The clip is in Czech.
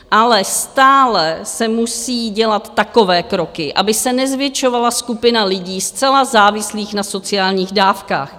Ale stále se musí dělat takové kroky, aby se nezvětšovala skupina lidí zcela závislých na sociálních dávkách.